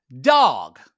dog